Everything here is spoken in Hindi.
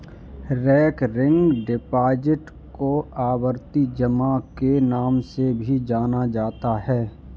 रेकरिंग डिपॉजिट को आवर्ती जमा के नाम से भी जाना जाता है